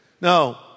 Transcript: No